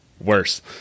worse